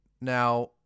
Now